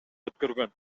өткөргөн